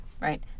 Right